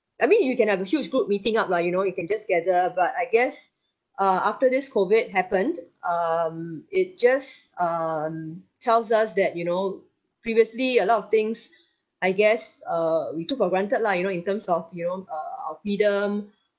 I mean you can have a huge group meeting up lah you know you can just gather but I guess uh after this COVID happened um it just um tells us that you know previously a lot of things I guess err we took for granted lah you know in terms of you know uh our freedom